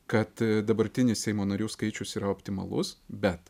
kad dabartinis seimo narių skaičius yra optimalus bet